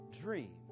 dream